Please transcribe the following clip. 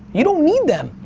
you don't need them.